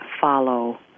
follow